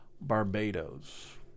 Barbados